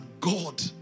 God